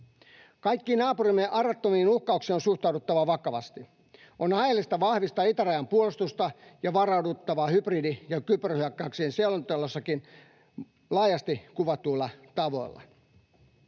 Kaikkiin naapurimme arvaamattomiin uhkauksiin on suhtauduttava vakavasti. On aiheellista vahvistaa itärajan puolustusta ja varauduttava hybridi- ja kyberhyökkäyksiin selonteossakin laajasti kuvatuilla tavoilla.